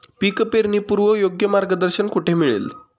पीक पेरणीपूर्व योग्य मार्गदर्शन कुठे मिळेल?